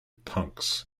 punks